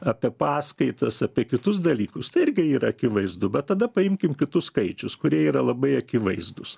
apie paskaitas apie kitus dalykus tai irgi yra akivaizdu bet tada paimkim kitus skaičius kurie yra labai akivaizdūs